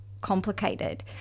complicated